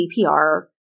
CPR